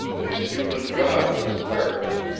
his human god was ferris.